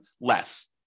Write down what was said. less